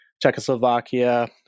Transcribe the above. Czechoslovakia